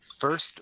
first